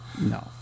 No